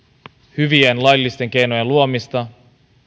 hyvien laillisten keinojen luomista